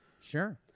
Sure